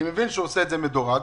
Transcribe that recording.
אני מבין שעושה את זה מדורג,